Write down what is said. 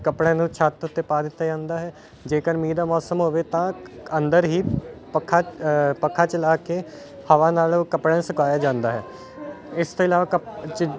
ਕੱਪੜਿਆਂ ਨੂੰ ਛੱਤ ਉਤੇ ਪਾ ਦਿੱਤਾ ਜਾਂਦਾ ਹੈ ਜੇਕਰ ਮੀਂਹ ਦਾ ਮੌਸਮ ਹੋਵੇ ਤਾਂ ਅੰਦਰ ਹੀ ਪੱਖਾ ਪੱਖਾ ਚਲਾ ਕੇ ਹਵਾ ਨਾਲ ਉਹ ਕੱਪੜਿਆਂ ਨੂੰ ਸੁਕਾਇਆ ਜਾਂਦਾ ਹੈ ਇਸ ਤੋਂ ਇਲਾਵਾ ਕੱਪੜੇ 'ਚ